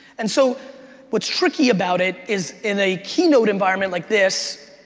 and so what's tricky about it is in a keynote environment like this,